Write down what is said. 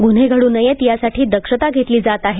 गुन्हे घडू नयेत यासाठी दक्षता घेतली जात आहे